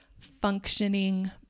functioning